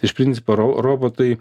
iš principo ro robotai